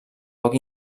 poc